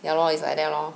ya lor it's like that lor